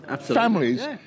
families